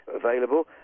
available